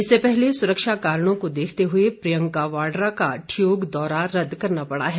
इससे पहले सुरक्षा कारणों को देखते हुए प्रियकां वाड़ा का ठियोग दौरा रद्द करना पड़ा है